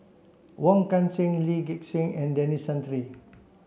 Wong Kan Seng Lee Gek Seng and Denis Santry